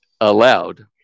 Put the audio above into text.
allowed